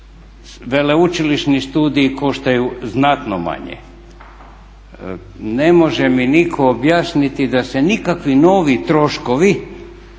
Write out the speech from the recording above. Veleučilišni studiji koštaju znatno manje. Ne može mi nitko objasniti da se nikakvi novi troškovi